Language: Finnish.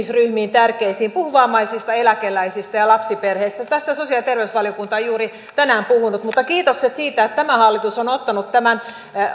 tärkeisiin ihmisryhmiin puhun vammaisista eläkeläisistä ja ja lapsiperheistä tästä sosiaali ja terveysvaliokunta on juuri tänään puhunut mutta kiitokset siitä että tämä hallitus on ottanut tämän